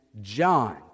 John